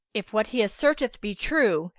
if what he asserteth be true,